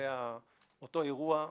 אותו אירוע שהזכרת,